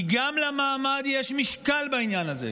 כי גם למעמד יש משקל בעניין הזה,